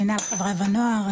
מנהל חברה ונוער,